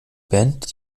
band